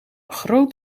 groot